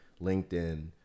LinkedIn